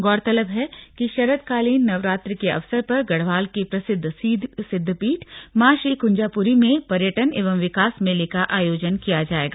गौरतलब है कि शरदकालीन नवरात्र के अवसर पर गढ़वाल के प्रसिद्ध सिद्धपीठ मां श्री कुंजापुरी में पर्यटन एवं विकास मेले का आयोजन किया जाएगा